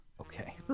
Okay